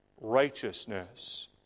Righteousness